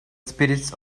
spirits